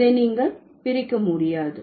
இதை நீங்கள் பிரிக்க முடியாது